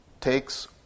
takes